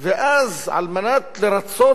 על מנת לרצות את המתנחלים,